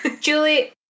Julie